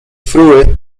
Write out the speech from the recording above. frue